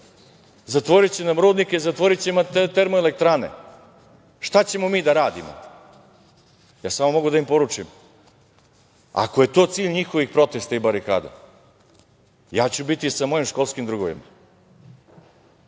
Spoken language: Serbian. zatvoriće nam rudnike, zatvoriće termoelektrane. Šta ćemo mi da radimo? Ja samo mogu da im poručim, ako je to cilj njihovih protesta i barikada, ja ću biti sa mojim školskim drugovima,